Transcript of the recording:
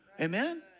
Amen